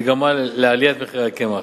וגרמה לעליית מחירי הקמח.